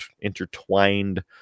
intertwined